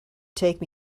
take